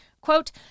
quote